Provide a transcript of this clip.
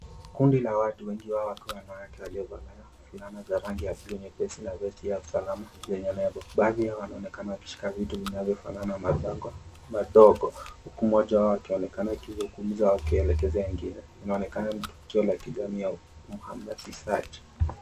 Kundi la watu wengi wao wanajiovonea wakiwa wamevalia fulana za rangi ya blue nyepesi na za kiusalama zenye nembo. Baadhi yao wanaonekana kushika vitu vinavyonekana mabango madogo huku mmoja wao akionekana akizungumza wakielekeza wengine. Inaonekana ni tukio la kijamii au uhamasishaji.